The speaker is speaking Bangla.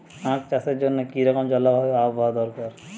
আখ চাষের জন্য কি রকম জলবায়ু ও আবহাওয়া দরকার?